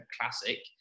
classic